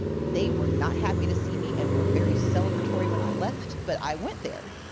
they were not happy to see me and were very celebratory when i left, but i went there.